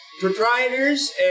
Proprietors